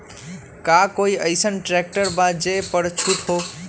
का कोइ अईसन ट्रैक्टर बा जे पर छूट हो?